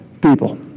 people